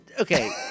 Okay